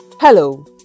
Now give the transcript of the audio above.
Hello